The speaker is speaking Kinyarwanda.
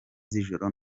z’ijoro